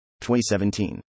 2017